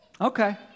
Okay